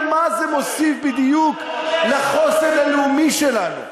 מה בדיוק זה מוסיף לחוסן הלאומי שלנו?